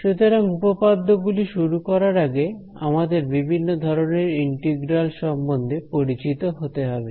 সুতরাং উপপাদ্য গুলি শুরু করার আগে আমাদের বিভিন্ন ধরনের ইন্টিগ্রাল সম্বন্ধে পরিচিত হতে হবে